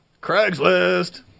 Craigslist